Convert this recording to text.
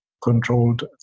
controlled